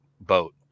boat